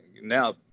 now